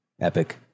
Epic